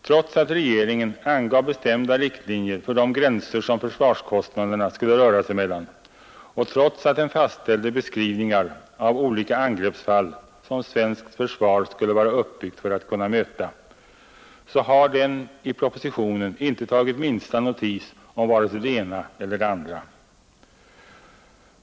Trots att regeringen angav bestämda riktlinjer för de gränser som försvarskostnaderna skulle röra sig mellan och trots att den fastställde beskrivningar av olika angreppsfall som svenskt försvar skulle vara uppbyggt för att kunna möta, så har den i propositionen inte tagit minsta notis om vare sig det ena eller det andra.